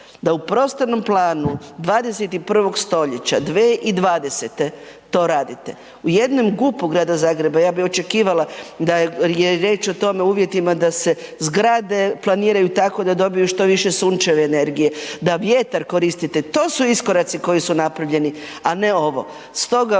da u prostornom planu 21. stoljeća 2020. to radite. U jednom GUP-u Grada Zagreba ja bi očekivala da je riječ o tome uvjetima da se zgrade planiraju tako da dobiju što više sunčeve energije, da vjetar koristite to su iskoraci koji su napravljeni, a ne ovo.